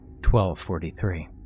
1243